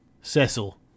Cecil